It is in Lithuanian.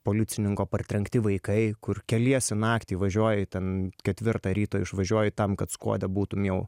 policininko partrenkti vaikai kur keliesi naktį važiuoji ten ketvirtą ryto išvažiuoji tam kad skuode būtum jau